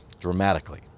dramatically